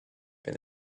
been